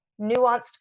nuanced